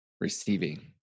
receiving